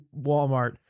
Walmart